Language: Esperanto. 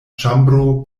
ĉambro